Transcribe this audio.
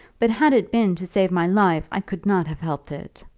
but had it been to save my life i could not have helped it.